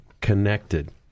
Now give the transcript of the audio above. connected